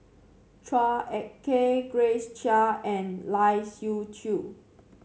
Chua Ek Kay Grace Chia and Lai Siu Chiu